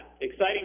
exciting